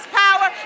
power